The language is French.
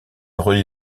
relie